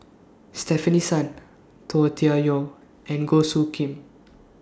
Stefanie Sun Tian Yau and Goh Soo Khim